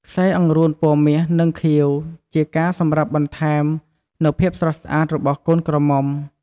ខ្សែអង្រួនពណ៌មាសនិងខៀវជាការសម្រាប់បន្តែមនៅភាពស្រស់ស្អាតរបស់កូនក្រមំុ។